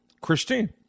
Christine